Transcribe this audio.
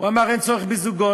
הוא אמר שאין צורך בזוגות.